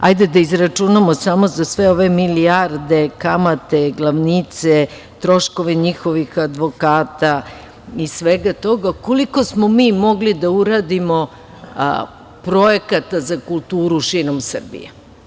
Hajde da izračunamo samo za sve ove milijarde kamate, glavnice, troškovi njihovih advokata i svega toga, koliko smo mi mogli da uradimo projekata za kulturu širom Srbije.